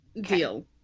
Deal